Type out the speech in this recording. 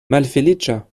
malfeliĉa